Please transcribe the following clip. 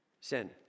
Sin